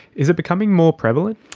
is it becoming more prevalent?